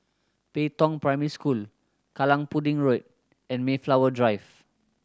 Pei Tong Primary School Kallang Pudding Road and Mayflower Drive